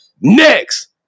next